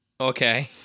Okay